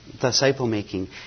disciple-making